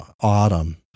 autumn